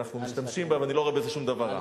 אנחנו משתמשים בה, ואני לא רואה בזה שום דבר רע.